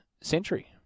century